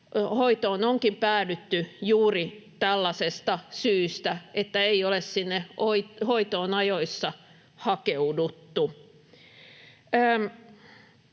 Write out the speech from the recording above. hoitoon onkin päädytty juuri tällaisesta syystä, että ei ole sinne hoitoon ajoissa hakeuduttu.